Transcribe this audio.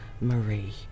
Marie